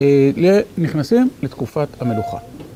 נכנסים לתקופת המלוכה.